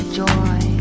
joy